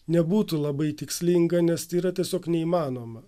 nebūtų labai tikslinga nes tai yra tiesiog neįmanoma